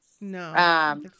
no